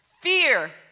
fear